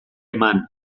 eman